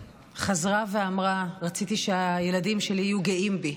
וחזרה ואמרה: רציתי שהילדים שלי יהיו גאים בי,